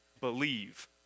believe